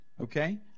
okay